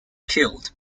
killed